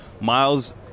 Miles